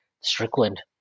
strickland